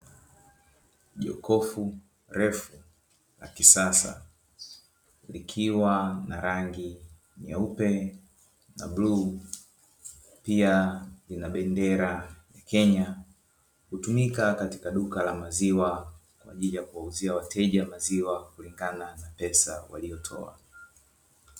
Jokofu refu la kisasa likiwa na rangi ya bluu pia ina bendera ya Kenya, hutumika katika duka la maziwa kwaajili ya kuuzia wateja maziwa kulingana na pesa waliyotoa.